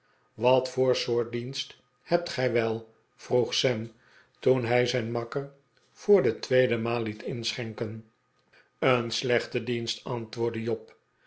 wat voor soort van dienst hebt gij wel vroeg sam toen hij zijn makker voor de tweede maal liet inschenken een slechten dienst antwoordde job